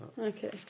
Okay